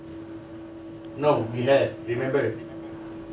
no we have remember